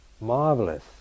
marvelous